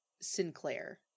Sinclair